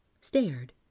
stared